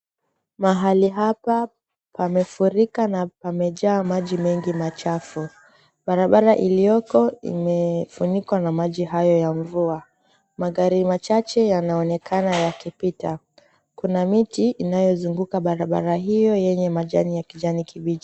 Mahali hapa pamefurika na pamejaa maji mengi machafu. Barabara iliyoko imefunikwa na maji hayo ya mvua. Magari machache yanaonekana yakipita. Kuna miti inayozunguka barabara hiyo yenye majani ya kijani kibichi.